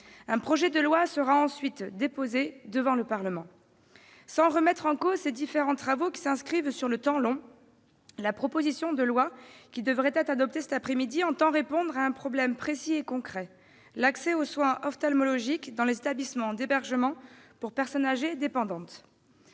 Un projet de loi sera ensuite déposé devant le Parlement. Sans remettre en cause ces différents travaux, qui s'inscrivent sur le temps long, la proposition de loi soumise à votre examen vise à répondre à un problème précis et concret : l'accès aux soins ophtalmologiques dans les établissements d'hébergement pour personnes âgées dépendantes,